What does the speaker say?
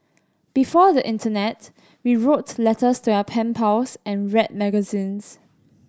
before the internet we wrote letters to our pen pals and read magazines